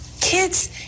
kids